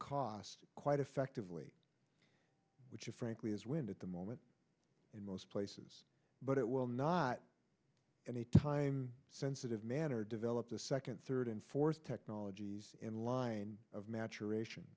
cost quite effectively which frankly is wind at the moment in most places but it will not in a time sensitive manner develop the second third and fourth technologies in line of maturation